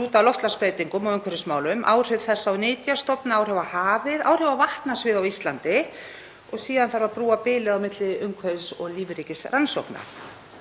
lúta að loftslagsbreytingum og umhverfismálum, áhrif þess á nytjastofna, áhrif á hafið, áhrif á vatnasvið á Íslandi og síðan þarf að brúa bilið á milli umhverfis- og lífríkisrannsókna.